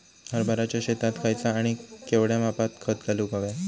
हरभराच्या शेतात खयचा आणि केवढया मापात खत घालुक व्हया?